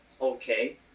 okay